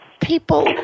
people